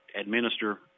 administer